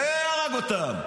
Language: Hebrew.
זה הרג אותם.